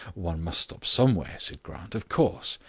one must stop somewhere, said grant. of course.